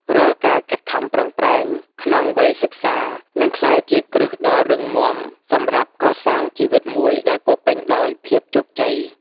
រាល់ការខិតខំប្រឹងប្រែងក្នុងវ័យសិក្សានឹងក្លាយជាគ្រឹះដ៏រឹងមាំសម្រាប់កសាងជីវិតមួយដែលពោរពេញដោយភាពជោគជ័យ។